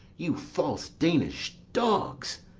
you false danish dogs!